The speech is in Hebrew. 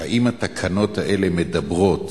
האם התקנות האלה מדברות